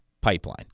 pipeline